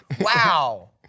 Wow